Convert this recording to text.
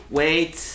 wait